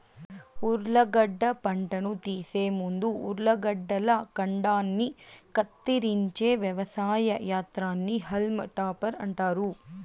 ఉర్లగడ్డ పంటను తీసే ముందు ఉర్లగడ్డల కాండాన్ని కత్తిరించే వ్యవసాయ యంత్రాన్ని హాల్మ్ టాపర్ అంటారు